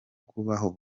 kubaho